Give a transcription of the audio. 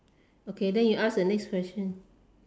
okay then you ask the next question